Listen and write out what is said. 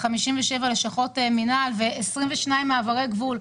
ב-57 לשכות מינהל ו-22 מעברי גבול.